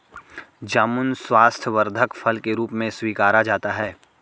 जामुन स्वास्थ्यवर्धक फल के रूप में स्वीकारा जाता है